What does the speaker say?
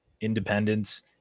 independence